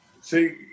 See